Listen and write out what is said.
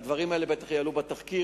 הדברים האלה בטח יועלו בתחקיר,